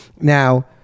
Now